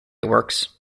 works